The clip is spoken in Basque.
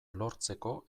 lortzeko